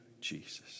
Jesus